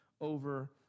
over